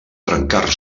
trencar